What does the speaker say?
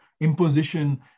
imposition